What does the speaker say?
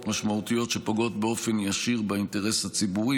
משמעותיות שפוגעות באופן ישיר באינטרס הציבורי,